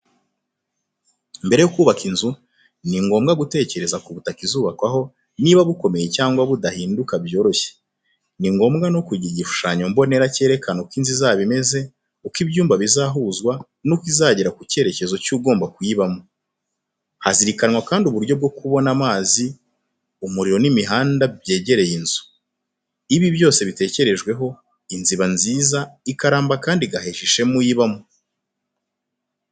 Mbere yo kubaka inzu, ni ngombwa gutekereza ku butaka izubakwaho, niba bukomeye cyangwa budahinduka byoroshye. Ni ngombwa no kugira igishushanyo mbonera cyerekana uko inzu izaba imeze, uko ibyumba bizahuzwa n’uko izagera ku cyerekezo cy’ugomba kuyibamo. Hazirikanwa kandi uburyo bwo kubona amazi, umuriro n’imihanda byegereye inzu. Iyo ibi byose bitekerejweho, inzu iba nziza, ikaramba kandi igahesha ishema uyibamo.